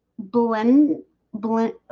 blend blend